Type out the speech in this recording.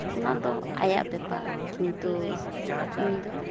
ᱚᱱᱟᱫᱚ ᱟᱭᱟᱜ ᱵᱮᱯᱟᱨ ᱠᱤᱱᱛᱩ ᱤᱧᱫᱚ